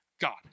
God